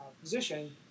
position